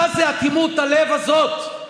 מה זה אטימות הלב הזאת?